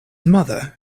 mother